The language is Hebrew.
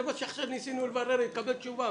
זה מה שעכשיו ניסינו לברר ולקבל תשובה.